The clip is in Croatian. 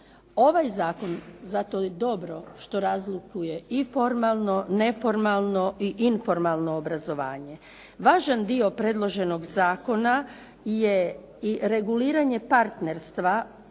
Ovaj zakon zato je dobro što razlikuje i formalno, neformalno i informalno obrazovanje. Važan dio predloženog zakona je i reguliranje partnerstva,